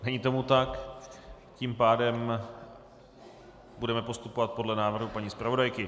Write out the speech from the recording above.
Není tomu tak, tím pádem budeme postupovat podle návrhu paní zpravodajky.